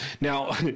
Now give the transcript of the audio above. Now